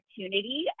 opportunity